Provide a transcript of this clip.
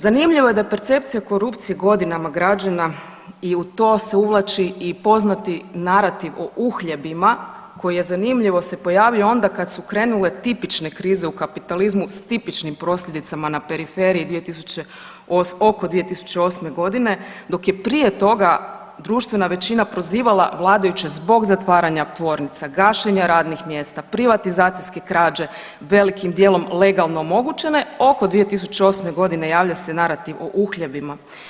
Zanimljivo je da je percepcija korupcije godinama građena i u to se uvlači i poznati narativ o uhljebima koji je zanimljivo se pojavio onda kad su krenule tipične krize u kapitalizmu s tipičnim posljedicama na periferiji oko 2008.g. dok je prije toga društvena većina prozivala vladajuće zbog zatvaranja tvornica, gašenja radnih mjesta, privatizacijske krađe velikim dijelom legalno omogućene, oko 2008.g. javlja se narativ o uhljebima.